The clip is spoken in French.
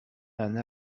une